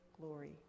glory